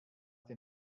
den